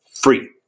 Free